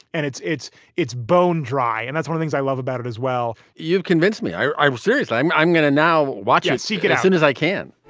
and it's it's it's bone dry. and that's what things i love about it as well you've convinced me i i was serious. i'm i'm going to now watch and seek it as soon as i can